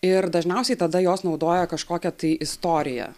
ir dažniausiai tada jos naudoja kažkokią tai istoriją